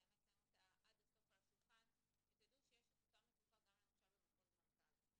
את אותה מצוקה גם למשל במחוז מרכז.